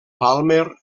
palmer